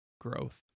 growth